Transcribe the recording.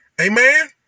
Amen